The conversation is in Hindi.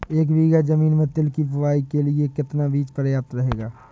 एक बीघा ज़मीन में तिल की बुआई के लिए कितना बीज प्रयाप्त रहेगा?